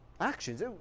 actions